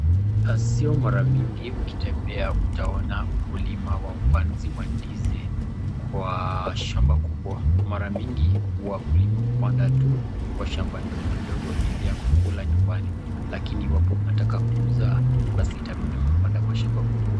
Na sio mara mingi ukitembea utaona mkulima wa upanzi wa ndizi kwa shamba kubwa. Mara mingi wakulima hupanda tu kwa shamba ndogo ndogo ili ya kukula nyumbani. Lakini iwapo unataka ya kuuza basi itabidhi upande kwa shamba kubwa.